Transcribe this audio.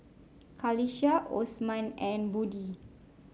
Qalisha Osman and Budi